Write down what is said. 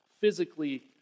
physically